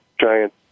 giant